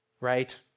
right